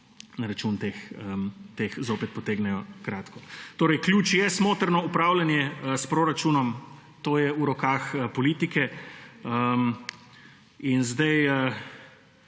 na račun teh zopet potegnejo kratko. Ključ je smotrno upravljanje s proračunom, kar je v rokah politike.